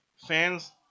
Fans